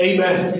Amen